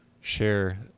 share